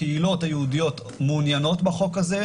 הקהילות היהודיות מעוניינות בחוק הזה.